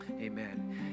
Amen